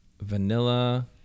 vanilla